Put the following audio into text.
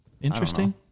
Interesting